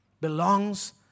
belongs